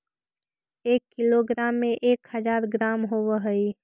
एक किलोग्राम में एक हज़ार ग्राम होव हई